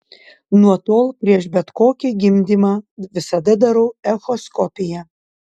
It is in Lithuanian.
nuo tol prieš bet kokį gimdymą visada darau echoskopiją